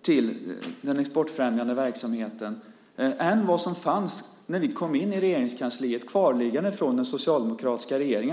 till den exportfrämjande verksamheten än vad som fanns när vi kom in i Regeringskansliet, kvarliggande från den socialdemokratiska regeringen.